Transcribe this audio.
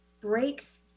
breaks